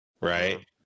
Right